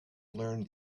learned